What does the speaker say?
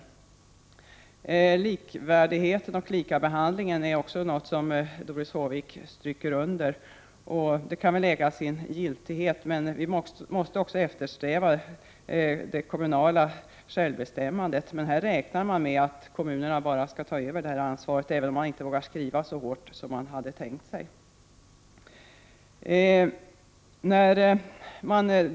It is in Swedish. Doris Håvik understryker också den likabehandling som möjliggörs i det nya systemet. Det kan väl äga sin giltighet, men vi måste också eftersträva ett kommunalt självbestämmande. Man räknar helt enkelt med att kommunerna skall ta över ansvaret på området, även om man inte vågar göra så hårda skrivningar som man hade tänkt sig.